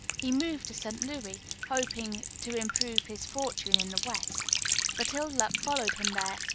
he moved to st. louis, hoping to improve his fortune in the west but ill luck followed him there,